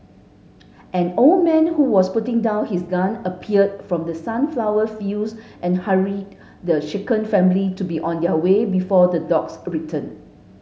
an old man who was putting down his gun appeared from the sunflower fields and hurried the shaken family to be on their way before the dogs return